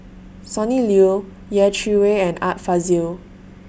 Sonny Liew Yeh Chi Wei and Art Fazil